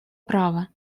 права